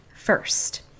first